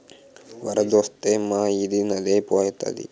వరదొత్తే మా ఈది నదే ఐపోతాది